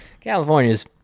California's